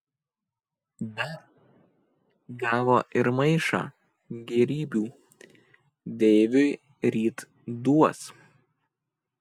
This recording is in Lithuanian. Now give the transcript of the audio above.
dar gavo ir maišą gėrybių deiviui ryt duos